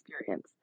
experience